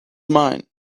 mine